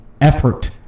effort